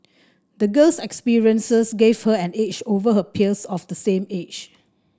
the girl's experiences gave her an edge over her peers of the same age